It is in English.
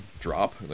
Drop